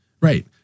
Right